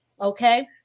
okay